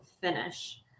finish